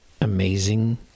amazing